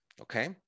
okay